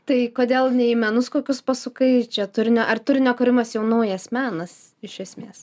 tai kodėl ne į menus kokius pasukai čia turinio ar turinio kūrimas jau naujas menas iš esmės